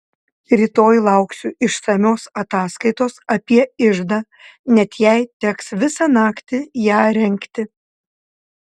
rytoj lauksiu išsamios ataskaitos apie iždą net jei teks visą naktį ją rengti